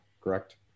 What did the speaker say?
Correct